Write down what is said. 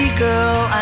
girl